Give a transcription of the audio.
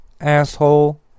asshole